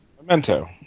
Memento